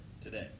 today